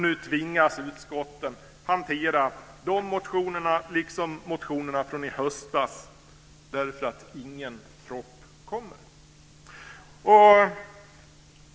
Nu tvingas utskotten hantera de motionerna och motionerna från i höstas eftersom ingen proposition kommer.